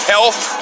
Health